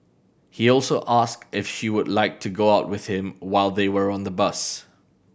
he also asked if she would like to go out with him while they were on the bus